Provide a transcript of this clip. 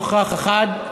נוכח אחד.